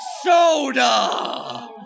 soda